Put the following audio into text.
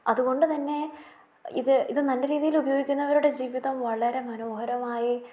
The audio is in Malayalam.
അതുകൊണ്ടുതന്നെ ഇത് ഇത് നല്ല രീതിയിൽ ഉപയോഗിക്കുന്നവരുടെ ജീവിതം വളരെ മനോഹരമായി